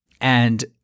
And-